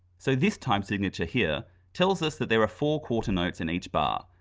so this time signature here tells us that there are four quarter notes in each bar,